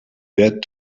that